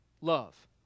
love